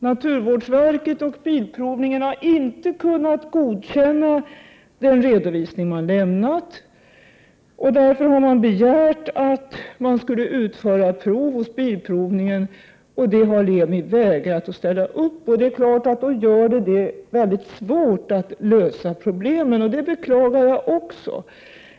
Naturvårdsverket och Bilprovningen har inte kunnat godkänna den redovisning företaget lämnat. Därför har man begärt att prov skulle utföras hos Bilprovningen och det har Lemi vägrat att ställa upp på. Det är klart att det då blir mycket svårt att lösa problemen. Det beklagar jag också.